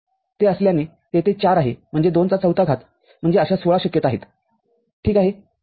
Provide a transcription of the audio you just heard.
ते असल्याने तेथे ४ आहे म्हणजे २ चा ४ था घात म्हणजे अशा १६ शक्यता आहेत ठीक आहे